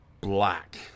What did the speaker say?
black